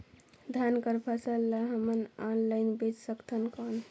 धान कर फसल ल हमन ऑनलाइन बेच सकथन कौन?